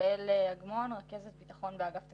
שמי יעל אגמון, רכזת ביטחון באגף תקציבים.